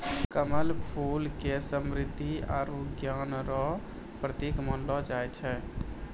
कमल फूल के समृद्धि आरु ज्ञान रो प्रतिक मानलो जाय छै